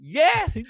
yes